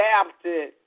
adapted